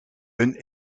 een